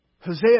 Hosea